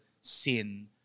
sin